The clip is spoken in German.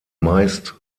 meist